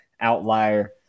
outlier